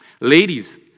Ladies